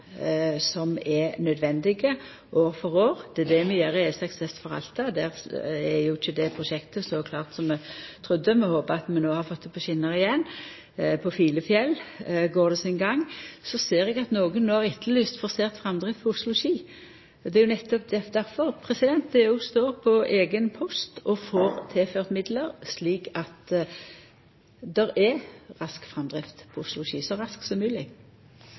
som er nødvendige år for år. Det er det vi gjer i E6 vest for Alta. Der er jo ikkje det prosjektet så klart som vi trudde, vi håpar at vi no har fått det på skjener igjen. På Filefjell går det sin gang. Så ser eg at nokon no har etterlyst forsert framdrift Oslo–Ski. Det er jo nettopp derfor det òg står på eigen post og får tilført midlar. Så det er rask framdrift på Oslo–Ski – så rask som